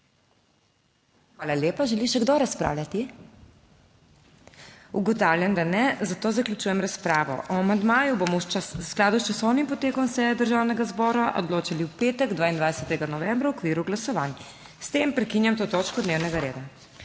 Hvala lepa. Želi še kdo razpravljati? Ugotavljam, da ne, zato zaključujem razpravo. O amandmaju bomo v skladu s časovnim potekom seje Državnega zbora odločali v petek 22. novembra v okviru glasovanj. S tem prekinjam to točko dnevnega reda.